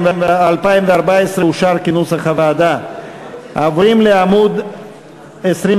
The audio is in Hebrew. משרד ראש הממשלה (בתי-עלמין במגזר הערבי),